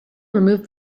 removed